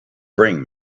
bring